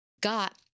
got